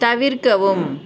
தவிர்க்கவும்